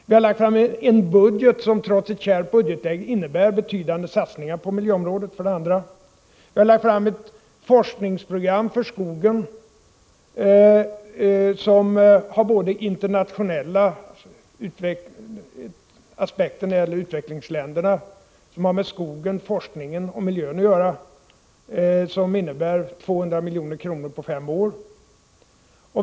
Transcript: Vi har lagt fram en budget som trots ett kärvt budgetläge innebär betydande satsningar på miljöområdet. Vi har lagt fram ett forskningsprogram som har med skogen och miljön att göra, som har internationella aspekter — när det gäller utvecklingsländerna — och som innebär 200 milj.kr. på fem år.